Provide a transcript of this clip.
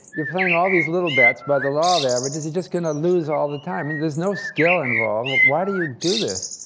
you're playing all these little bets. by the law of averages, you're just going lose all the time. there's no skill involved. why do you do this?